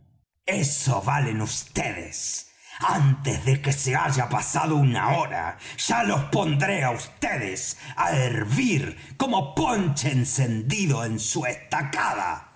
eso valen vds antes de que se haya pasado una hora ya los pondré á vds á hervir como ponche encendido en su estacada